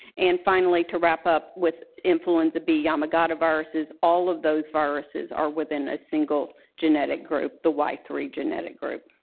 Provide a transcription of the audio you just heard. and finally to wrap up with influenza b yamagata viruses, all of those viruses are within a single genetic group, the y three genetic group.